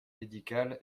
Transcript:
médicale